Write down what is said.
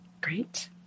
Great